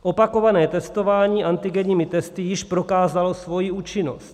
Opakované testování antigenními testy již prokázalo svoji účinnost.